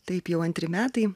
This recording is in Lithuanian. taip jau antri metai